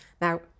Now